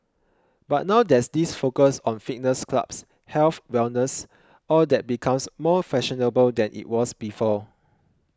but now there's this focus on fitness clubs health wellness all that becomes more fashionable than it was before